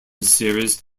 series